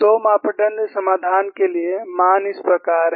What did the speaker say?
2 मापदण्ड समाधान के लिए मान इस प्रकार हैं